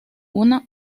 una